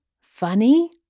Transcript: funny